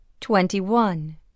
twenty-one